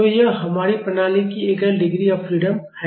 तो यह हमारी प्रणाली की एकल डिग्री ऑफ फ्रीडम है